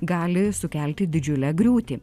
gali sukelti didžiulę griūtį